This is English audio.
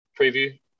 preview